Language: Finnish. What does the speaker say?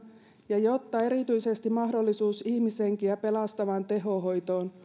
ja jotta erityisesti mahdollisuus ihmishenkiä pelastavaan tehohoitoon